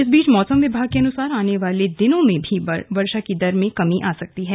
इस बीच मौसम विभाग के अनुसार आने वाले दिनों में भी वर्षा की दर में कमी आ सकती है